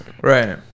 right